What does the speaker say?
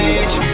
age